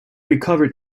recovered